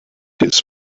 his